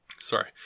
Sorry